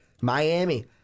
Miami